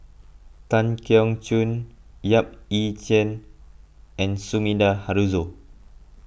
Tan Keong Choon Yap Ee Chian and Sumida Haruzo